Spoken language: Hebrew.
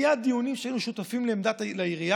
היו דיונים שהיינו שותפים לעירייה,